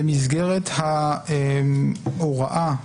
במסגרת ההוראה,